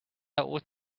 ought